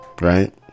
Right